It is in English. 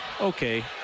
okay